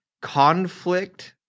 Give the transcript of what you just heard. conflict